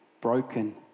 broken